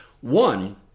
One